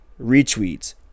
retweets